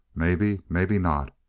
maybe maybe not.